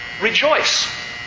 Rejoice